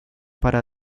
para